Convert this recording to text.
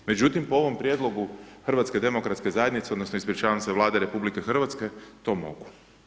Međutim, po ovom prijedlogu HDZ-a odnosno, ispričavam se Vlade RH, to mogu.